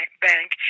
bank